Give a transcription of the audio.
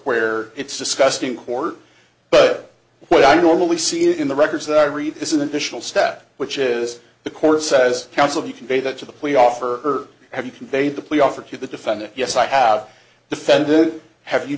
where it's discussed in court but what i normally see in the records that i read this is additional step which is the court says counsel you convey that to the plea offer have you conveyed the plea offer to the defendant yes i have defended have you